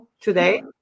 today